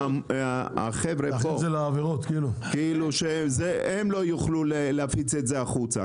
שהחבר'ה האלה לא יוכלו להפיץ את זה החוצה.